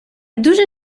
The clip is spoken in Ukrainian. дуже